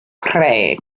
pray